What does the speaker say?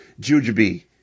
Jujubee